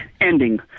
ending